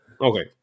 Okay